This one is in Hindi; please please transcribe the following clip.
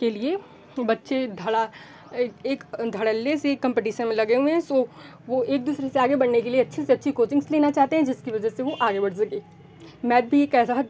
के लिए बच्चे धड़ा एक धड़ल्ले से कंपिटिसन में लगे हुए हैं सो वे एक दूसरे से आगे बढ़ने के लिए अच्छी से अच्छी कोचिंग्स लेना चाहते हैं जिसकी वजह से वह आगे बढ़ सकें मैथ की यह कह जात